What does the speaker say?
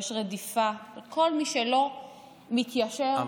שיש בו רדיפה של כל מי שלא מתיישר עם השלטון החדש.